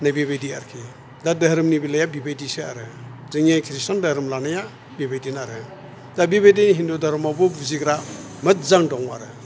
नैबेबायदि आरखि दा दोहोरोमनि बेलाया बेबायदिसो आरो जोंनि ख्रिस्टान दोहोरोम लानाया बेबायदिनो आरो दा बेबायदि हिन्दु दोहोरोमावबो बुजिग्रा मोजां दं आरो